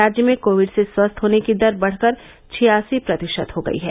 राज्य में कोविड से स्वस्थ होने की दर बढ़कर छियासी प्रतिशत हो गयी है